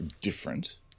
different